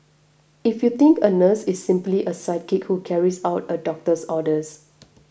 if you think a nurse is simply a sidekick who carries out a doctor's orders